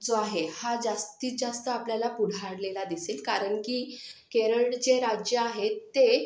जो आहे हा जास्तीत जास्त आपल्याला पुढारलेला दिसेल कारण की केरळचे राज्य आहे ते